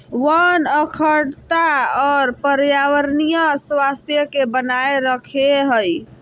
वन अखंडता और पर्यावरणीय स्वास्थ्य के बनाए रखैय हइ